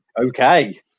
okay